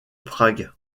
prague